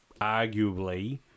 arguably